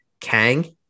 Kang